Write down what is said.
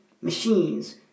machines